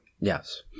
Yes